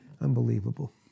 unbelievable